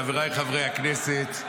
חבריי חברי הכנסת,